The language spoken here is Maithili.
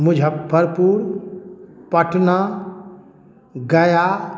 मुजफ्फरपुर पटना गया